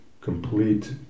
complete